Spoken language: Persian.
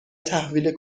تحویل